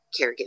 caregiving